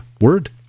word